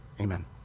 amen